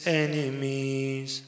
enemies